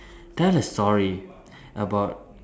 tell a story about